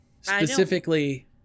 Specifically